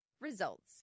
results